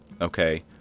okay